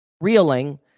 reeling